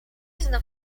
znów